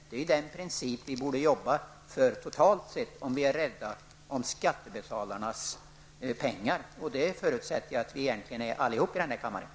Det är ju den princip som vi måste arbeta efter totalt sett, om vi är rädda om skattebetalarnas pengar. Det förutsätter jag att vi alla i den här kammaren är.